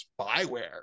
spyware